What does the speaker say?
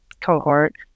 cohort